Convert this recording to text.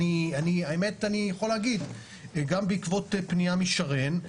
האמת שאני יכול להגיד שגם בעקבות פנייה משרן,